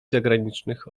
zagranicznych